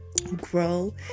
grow